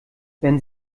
wenn